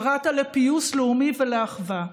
קראת לפיוס לאומי ולאחווה.